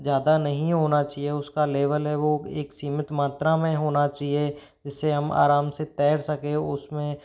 ज़्यादा नहीं होना चाहिए उसका लेवल है वो एक सीमित मात्रा में होना चाहिए जिससे हम आराम से तैर सके उसमें